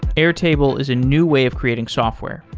airtable is a new way of creating software.